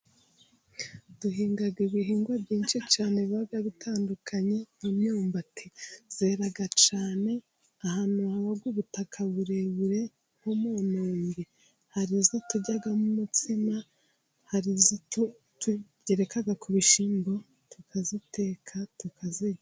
Duhinga ibihingwa byinshi cyane biba bitandukanye nk' imyumbati yera cyane ahantu haba ubutaka burebure nko mu nombe, hari izo turyamo umutsima, hari iyo tugereka ku bishyimbo tukayiteka tukayirya.